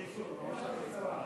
בקיצור, ממש בקיצור.